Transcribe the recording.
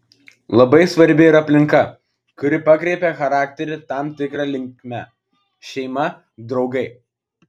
labai svarbi ir aplinka kuri pakreipia charakterį tam tikra linkme šeima draugai